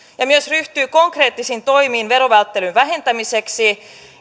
ja myös ryhtyy konkreettisiin toimiin verovälttelyn vähentämiseksi